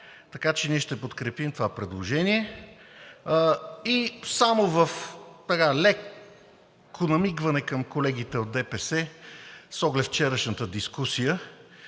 така че ние ще подкрепим това предложение. И само в леко намигване към колегите от ДПС с оглед вчерашната дискусия.